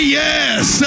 yes